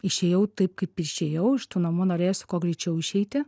išėjau taip kaip išėjau iš tų namų norėjosi kuo greičiau išeiti